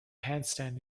handstand